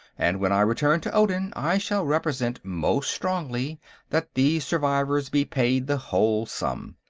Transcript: and when i return to odin i shall represent most strongly that these survivors be paid the whole sum.